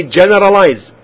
generalize